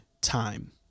time